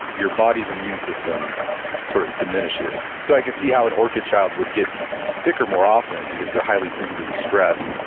your body's immune system sort of diminishes, so i can see how an orchid child would get sicker more often because they're highly sensitive to stress.